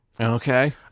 okay